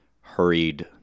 hurried